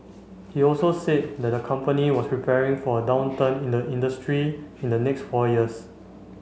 he also said that the company was preparing for a downturn in the industry in the next four years